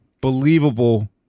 believable